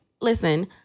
listen